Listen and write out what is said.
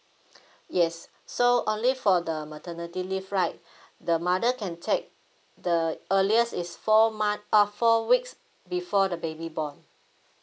yes so only for the maternity leave right the mother can take the earliest is four month uh four weeks before the baby born